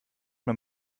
man